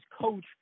Coach